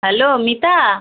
hello Mita